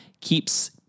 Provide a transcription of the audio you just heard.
keeps